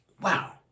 Wow